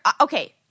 okay